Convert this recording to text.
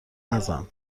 نزن